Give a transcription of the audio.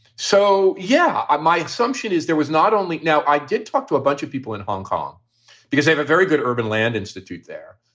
so, yeah, i my assumption is there was not only now i did talk to a bunch of people in hong kong because i have a very good urban land institute there.